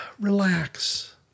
Relax